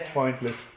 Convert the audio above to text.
pointless